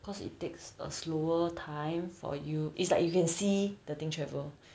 cause it takes a slower time for you it's like you can see the thing travel